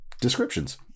descriptions